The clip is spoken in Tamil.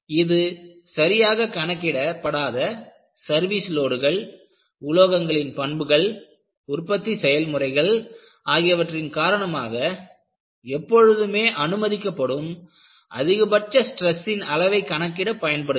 இது சரியாக கணக்கிட படாத சர்வீஸ் லோடுகள் உலோகங்களின் பண்புகள் உற்பத்தி செயல்முறைகள் ஆகியவற்றின் காரணமாக எப்பொழுதுமே அனுமதிக்கப்படும் அதிகபட்ச ஸ்டிரஸின் அளவை கணக்கிட பயன்படுகிறது